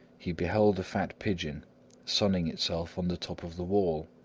he beheld a fat pigeon sunning itself on the top of the wall.